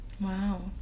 Wow